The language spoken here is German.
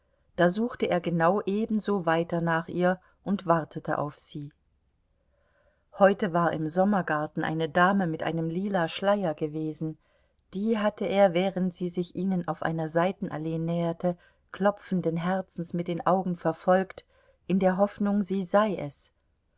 da suchte er genau ebenso weiter nach ihr und wartete auf sie heute war im sommergarten eine dame mit einem lila schleier gewesen die hatte er während sie sich ihnen auf einer seitenallee näherte klopfenden herzens mit den augen verfolgt in der hoffnung sie sei es